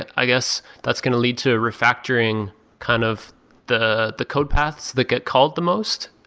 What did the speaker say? and i guess that's going to lead to a refactoring kind of the the code paths that get called the most.